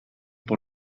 por